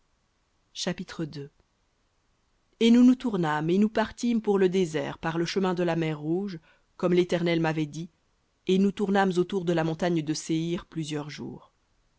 chapitre et nous nous tournâmes et nous partîmes pour le désert par le chemin de la mer rouge comme l'éternel m'avait dit et nous tournâmes autour de la montagne de séhir plusieurs jours